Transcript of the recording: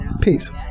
peace